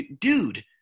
dude